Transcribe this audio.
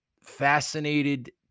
fascinated